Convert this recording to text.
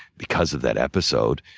because of that episode,